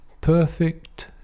Perfect